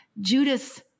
Judas